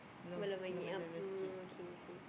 a lot of money uh oh okay okay